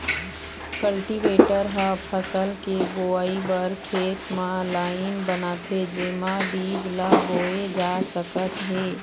cultivator ह फसल के बोवई बर खेत म लाईन बनाथे जेमा बीज ल बोए जा सकत हे